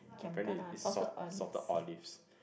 apparently it is salt salted olives